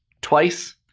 twice.